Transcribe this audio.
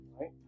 right